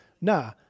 nah